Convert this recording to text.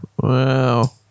Wow